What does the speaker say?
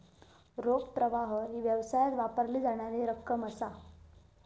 रोख प्रवाह ही व्यवसायात वापरली जाणारी रक्कम असा